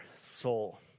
soul